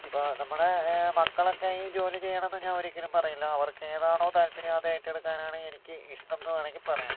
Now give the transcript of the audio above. ഇപ്പോൾ നമ്മുടെ മക്കളക്കെ ഈ ജോലി ചെയ്യണന്ന് ഞാൻ ഒരിക്കലും പറയില്ല അവർക്കേതാണോ താൽപ്പര്യം അത് ഏറ്റെടുക്കാനാണ് എനിക്ക് ഇഷ്ട്ടം എന്ന് വേണമെങ്കിൽ പറയാം